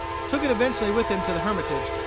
took it eventually with him to the hermitage,